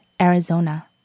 Arizona